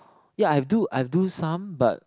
ya I have do I have do some but